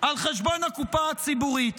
על חשבון הקופה הציבורית.